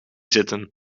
zitten